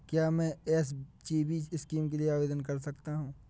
क्या मैं SGB scheme के लिए आवेदन कर सकता हूँ?